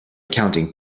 counting